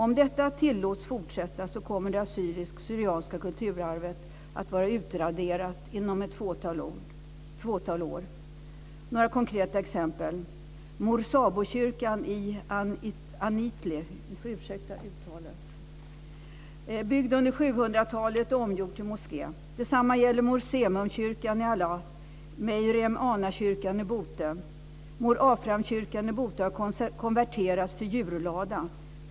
Om detta tillåts fortsätta kommer det assyrisk/syrianska kulturarvet att vara utraderat inom ett fåtal år. Låt mig ta några konkreta exempel: Mor Sabokyrkan i Anitli, byggd under 700-talet, är omgjord till moské. Detsamma gäller Mor Semun-kyrkan i Ahlah och Meryem Ana-kyrkan i Bote. Mor Afram-kyrkan i Bote har konverterats till djurlada.